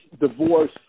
divorce